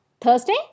Thursday